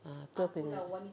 ah itu ah kena